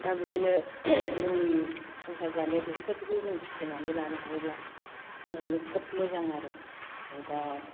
दा बिदिनो जोंनि संसार जानायाव बेफोरबायदिखौ जों फिसिनानै लानो हायोब्ला जोंहानो खोब मोजां आरो ओमफाय दा